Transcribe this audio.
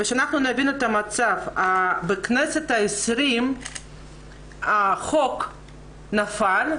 שנבין את המצב בכנסת ה-20 החוק נפל,